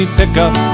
pickup